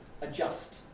adjust